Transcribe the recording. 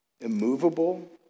immovable